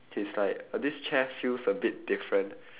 he's like uh this chair feels a bit different